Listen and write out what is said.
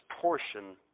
portion